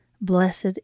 Blessed